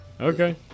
Okay